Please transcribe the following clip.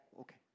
Okay